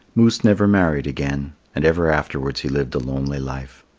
moose never married again and ever afterwards he lived a lonely life.